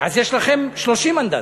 אז יש לכם 30 מנדטים.